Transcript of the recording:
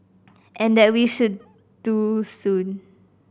and that we should do soon